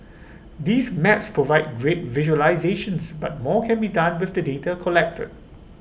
these maps provide great visualisations but more can be done with the data collected